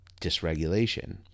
dysregulation